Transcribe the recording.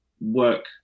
work